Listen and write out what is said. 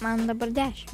man dabar dešim